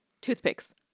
Toothpicks